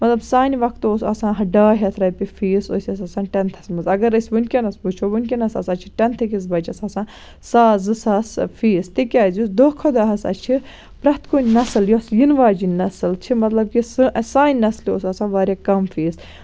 مطلب سانہِ وقتہٕ اوس آسان ڈاے ہَتھ رۄپیہِ فیٖس أسۍ ٲسۍ آسان ٹینٛتھس منٛز اَگر أسۍ ؤنکیٚنَس وُچھو ؤنکینَس ہسا چھِ ٹینٛتھٕ کِس بَچَس آسان ساس زٕ ساس فیٖس تِکیٛازِ یُس دۄہ کھۄتہٕ دۄہ ہسا چھِ پرٛتھ کُنہِ نَسل یۄس یِنہٕ واجیٚنۍ نَسل چھِ مطلب کہِ سۄ سانہِ نَسلہِ اوس آسان واریاہ کَم فیٖس